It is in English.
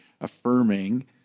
affirming